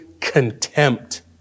contempt